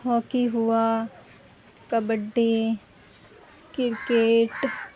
hockey ہوا kabaddi cricket